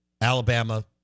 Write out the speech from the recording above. Alabama